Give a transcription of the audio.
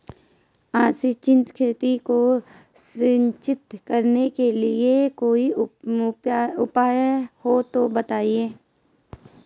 असिंचित खेती को सिंचित करने के लिए कोई उपाय हो तो बताएं?